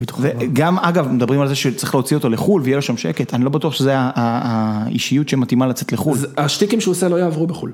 וגם אגב מדברים על זה שצריך להוציא אותו לחו"ל ויהיה לו שם שקט, אני לא בטוח שזה האישיות שמתאימה לצאת לחו"ל. השטיקים שהוא עושה לא יעברו בחו"ל.